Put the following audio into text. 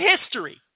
history